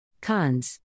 Cons